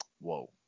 Whoa